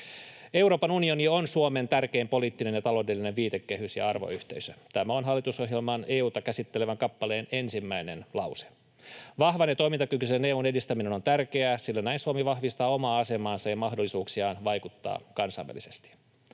Euroopan unioni on Suomen tärkein poliittinen ja taloudellinen viitekehys ja arvoyhteisö. Tämä on hallitusohjelman EU:ta käsittelevän kappaleen ensimmäinen lause. Vahvan ja toimintakykyisen EU:n edistäminen on tärkeää, sillä näin Suomi vahvistaa omaa asemaansa ja mahdollisuuksiaan vaikuttaa kansainvälisesti.